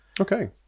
Okay